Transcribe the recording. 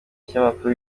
ikinyamakuru